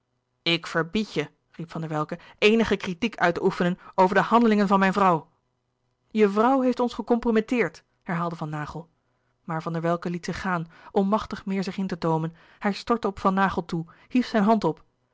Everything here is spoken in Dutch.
ik verbied je riep van der welcke eenige critiek uit te oefenen over de handelingen van mijn vrouw je vrouw heeft ons gecomprometteerd herhaalde van naghel maar van der welcke liet zich gaan onmachtig meer zich in te toomen hij stortte op van naghel toe hief zijn hand op